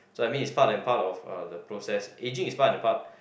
so I mean it's part and part of uh the process aging is part and part